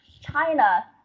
China